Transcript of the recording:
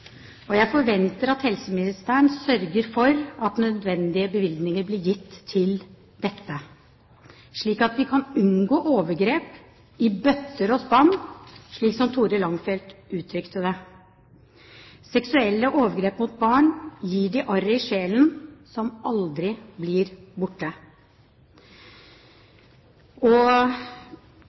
Jeg forventer at helseministeren sørger for at nødvendige bevilgninger blir gitt, slik at vi kan unngå overgrep i bøtter og spann, slik Thore Langfeldt uttrykte det. Seksuelle overgrep mot barn gir dem arr i sjelen som aldri blir borte.